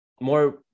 more